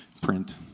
print